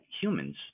humans